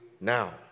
now